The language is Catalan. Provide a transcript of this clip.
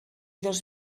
dos